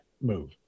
move